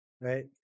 right